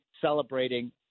celebrating